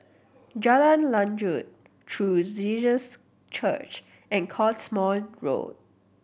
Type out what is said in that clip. Jalan Lanjut True Jesus Church and Cottesmore Road